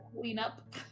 cleanup